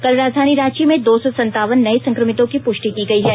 कल राजधानी रांची में दो सौ संतावन नये संक्रमितों की पुष्टि की गयी है